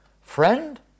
friend